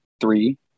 three